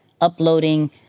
uploading